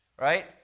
right